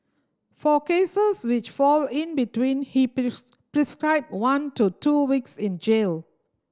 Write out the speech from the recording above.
for cases which fall in between he prescribed one to two weeks in jail